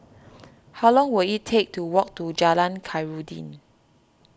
how long will it take to walk to Jalan Khairuddin